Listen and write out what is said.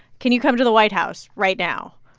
can you come to the white house right now?